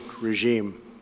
regime